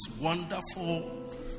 wonderful